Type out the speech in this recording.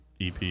ep